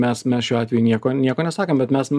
mes mes šiuo atveju nieko nieko nesakėm bet mes